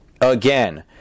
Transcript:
Again